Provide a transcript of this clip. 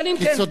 כי צודק